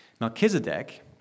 Melchizedek